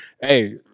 Hey